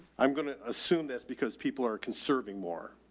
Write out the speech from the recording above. i'm going to assume that's because people are conserving more,